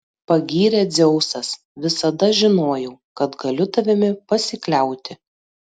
pagyrė dzeusas visada žinojau kad galiu tavimi pasikliauti